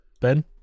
Ben